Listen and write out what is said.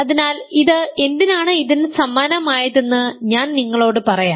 അതിനാൽ ഇത് എന്തിനാണ് ഇതിന് സമാനമായതെന്ന് ഞാൻ നിങ്ങളോട് പറയാം